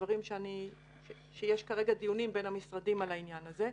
ויש כרגע דיונים בין המשרדים על העניין הזה.